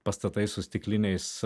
pastatai su stikliniais